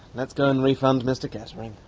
let's go and refund mr kettering.